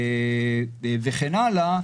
וכן הלאה,